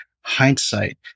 hindsight